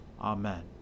Amen